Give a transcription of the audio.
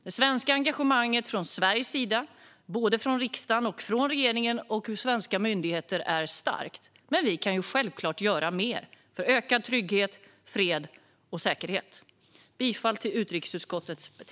Det svenska engagemanget, från riksdagen, regeringen och myndigheter, är starkt, men vi kan självklart göra mer för ökad trygghet, fred och säkerhet. Jag yrkar bifall till förslaget i utrikesutskottets betänkande.